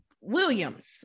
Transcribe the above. Williams